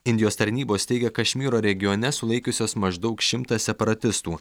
indijos tarnybos teigia kašmyro regione sulaikiusios maždaug šimtą separatistų